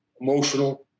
emotional